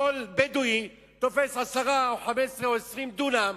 כל בדואי תופס 10 או 15 או 20 דונם,